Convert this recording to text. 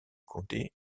comté